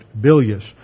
bilious